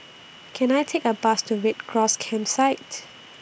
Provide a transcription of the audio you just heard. Can I Take A Bus to Red Cross Campsite